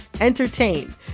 entertain